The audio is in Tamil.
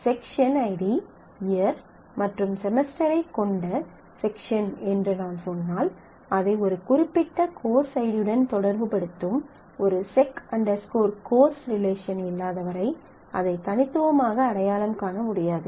செக்ஷன் ஐடி இயர் மற்றும் செமஸ்டர் ஐக் கொண்ட செக்ஷன் என்று நாம் சொன்னால் அதை ஒரு குறிப்பிட்ட கோர்ஸ் ஐடியுடன் தொடர்புபடுத்தும் ஒரு sec course sec course relation இல்லாத வரை அதை தனித்துவமாக அடையாளம் காண முடியாது